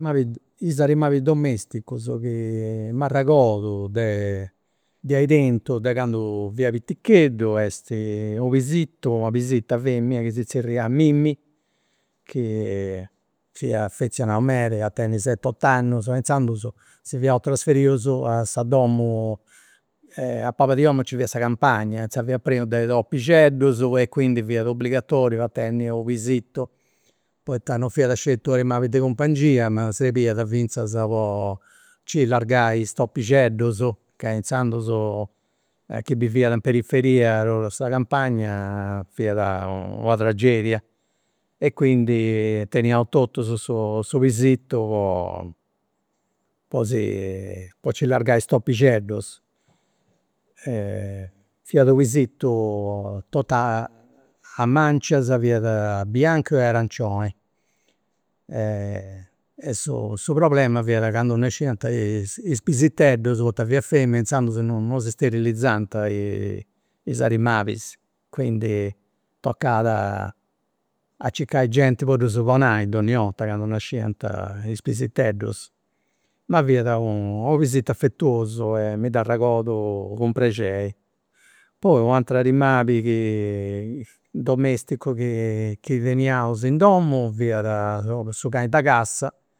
is animalis domesticus chi m'arregordu de ai tentu de candu fia piticheddu est unu pisittu, una pisitta femina chi si zerriat Mimi chi fia affezionau meda, ia tenni seti ott'annus, inzandus si fiaus trasferius a sa domu, a palas di 'omu nci fiat sa campagna, inzaras fiat prenu de topixeddus, e quindi fiat obbligatoriu a tenni u' pisittu, poita non fiat sceti u' animali de cumpangia ma srebiat finzas po nci allargai is topixeddus, ca inzandus chi biviat in periferia, or'oru a sa campagna fiat una tragedia e quindi teniaus totus su pisittu po po si po nci allargai is topixeddus fiat unu pisittu totu a a mancias biancas e arancioni e su su problema fiat candu nasciant is is pisiteddus poita fiat femina e inzandus non non si sterilizant is animalis, quindi tocat a circai genti po ddus donai donni' 'orta candu nasciant is pisiteddus, ma fiat u' pisittu affetuosu e mi dd'arregordu cun prexeri. Poi u' ateru animali chi, domesticu, chi teniaus in domu fiat su cani de cassa